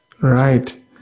Right